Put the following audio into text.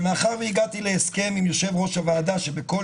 מאחר והגעתי להסכם עם יושב ראש הוועדה שבכל